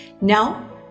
Now